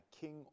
king